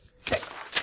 Six